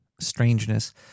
strangeness